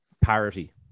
parity